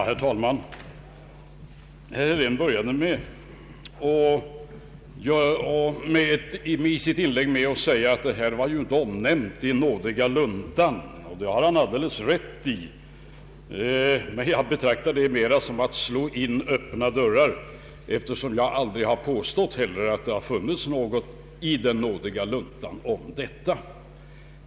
Herr Helén började sitt inlägg med att säga att hushållssparandet inte var omnämnt i nådiga luntan. Det har han alldeles rätt i. Jag betraktar dock det yttrandet som ett sätt att slå in öppna dörrar, eftersom jag aldrig har påstått att det skrivits något om detia i nådiga luntan.